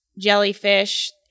Jellyfish